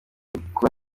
uko